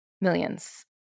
millions